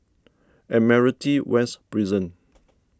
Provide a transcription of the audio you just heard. Admiralty West Prison